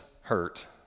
hurt